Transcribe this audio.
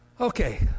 Okay